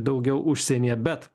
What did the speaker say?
daugiau užsienyje bet